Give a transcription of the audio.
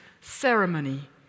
ceremony